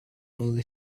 only